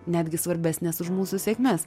netgi svarbesnės už mūsų sėkmes